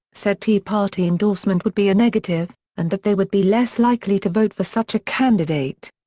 said tea party endorsement would be a negative and that they would be less likely to vote for such a candidate.